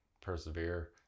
persevere